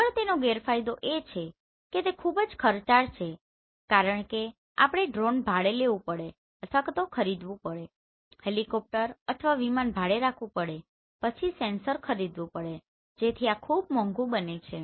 આગળ તેનો ગેરફાયદો એ છે કે તે ખૂબ જ ખર્ચાળ છે કારણ કે આપણે ડ્રોન ભાડે લેવુ પડે અથવા ખરીદવું પડે હેલિકોપ્ટર અથવા વિમાન ભાડે રાખવું પડે પછી સેન્સર ખરીદવું પડે જેથી આ બધું ખૂબ મોંઘુ બને છે